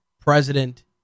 president